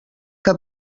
que